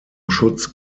schutz